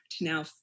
now